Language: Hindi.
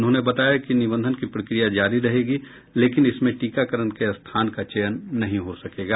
उन्होंने बताया कि निबंधन की प्रक्रिया जारी रहेगी लेकिन इसमें टीकाकरण के स्थान का चयन नहीं हो सकेगा